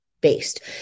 based